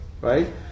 right